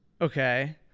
Okay